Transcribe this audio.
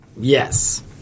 Yes